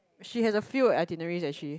she has a few itineraries actually